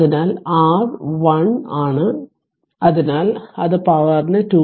അതിനാൽ R 1 ആണ് അതിനാൽ അത് പവറിന് 2